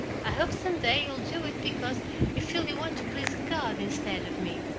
i hope some day you'll do it because you feel you want to please god instead of me.